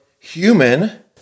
Human